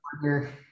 partner